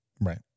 Right